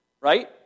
right